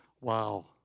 Wow